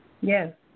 Yes